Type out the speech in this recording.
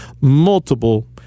multiple